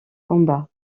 combat